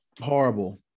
horrible